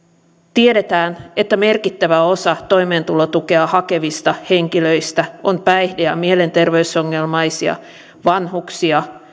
tiedetään että merkittävä osa toimeentulotukea hakevista henkilöistä on päihde ja mielenterveysongelmaisia vanhuksia